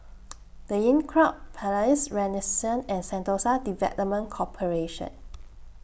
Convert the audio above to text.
The Inncrowd Palais Renaissance and Sentosa Development Corporation